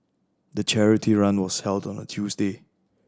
the charity run was held on a Tuesday